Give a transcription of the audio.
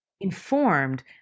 informed